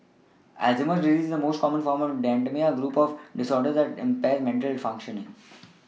Alzheimer's disease is the most common form of dementia a group of disorders that impairs mental functioning